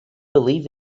believe